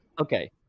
Okay